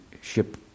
ship